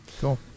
cool